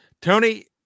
Tony